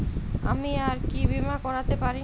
আমি আর কি বীমা করাতে পারি?